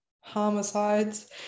homicides